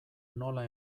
nola